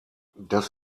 das